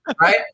Right